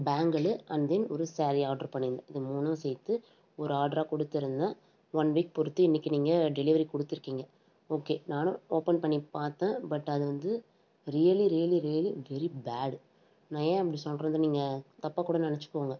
பேங்குளு and then ஒரு saree order பண்ணி இருந்தேன் இது மூணும் சேர்த்து ஒரு ஆர்ட்ரா கொடுத்து இருந்தேன் ஒன் வீக் பொறுத்து இன்னைக்கி நீங்கள் டெலிவரி கொடுத்து இருக்கீங்க ஓகே நானும் ஓப்பன் பண்ணி பார்த்தேன் பட் அது வந்து really really really very bad நான் ஏன் அப்படி சொல்றேன்னு நீங்கள் தப்பாக கூட நினைச்சிகோங்க